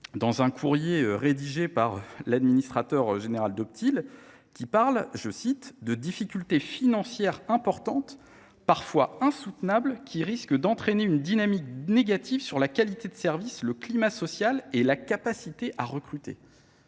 dans un courrier rédigé par l’administrateur général d’Optile, de « difficultés financières importantes, parfois insoutenables, qui risquent d’entraîner une dynamique négative sur la qualité de service, le climat social et la capacité à recruter ».